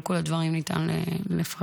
לא את כל הדברים ניתן לפרט.